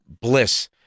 bliss